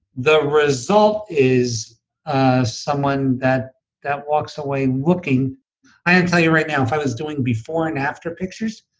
the result is ah someone that that walks away looking i can ah tell you right now if i was doing before and after pictures,